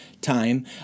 time